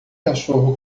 cachorro